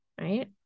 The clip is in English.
right